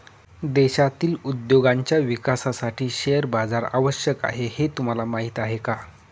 देशातील उद्योगांच्या विकासासाठी शेअर बाजार आवश्यक आहे हे तुम्हाला माहीत आहे का?